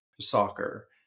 soccer